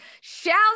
Shouts